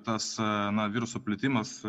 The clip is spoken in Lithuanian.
tas na viruso plitimas